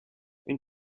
une